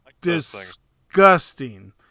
disgusting